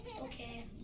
Okay